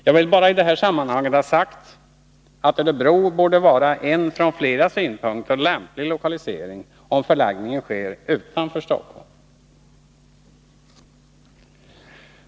Jag vill bara i detta sammanhang ha sagt att Örebro borde vara en från flera synpunkter lämplig lokalisering, om förläggningen sker utanför Stockholm.